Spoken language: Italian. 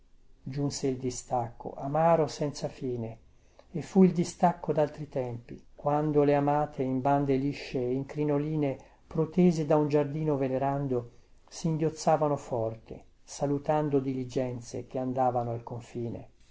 giunse il distacco amaro senza fine e fu il distacco daltri tempi quando le amate in bande lisce e in crinoline protese da un giardino venerando singhiozzavano forte salutando diligenze che andavano al confine